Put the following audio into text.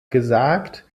gesagt